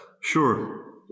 Sure